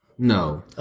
No